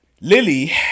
Lily